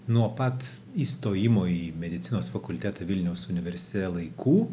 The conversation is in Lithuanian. nuo pat įstojimo į medicinos fakultetą vilniaus universitete laikų